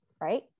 right